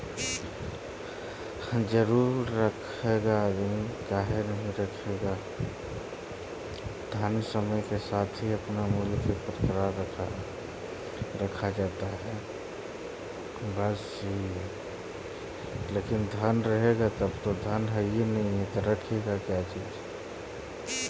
धन समय के साथ अपन मूल्य के बरकरार रखल जा हई